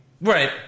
Right